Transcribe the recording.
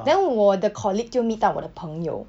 then 我的 colleague 就 meet 到我的朋友